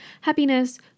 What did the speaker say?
happiness